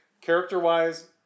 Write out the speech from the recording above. Character-wise